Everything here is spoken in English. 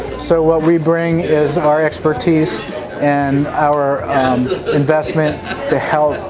so what we bring is our expertise and our investment to help.